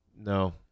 No